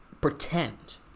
pretend